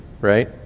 right